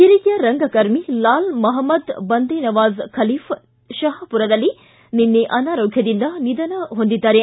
ಹಿರಿಯ ರಂಗಕರ್ಮಿ ಲಾಲ್ ಮಹ್ವದ್ ಬಂದೇನವಾಜ ಖಲೀಫ್ ನಿನ್ನೆ ಅನಾರೋಗ್ವದಿಂದ ನಿಧನ ಹೊಂದಿದ್ದಾರೆ